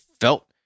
felt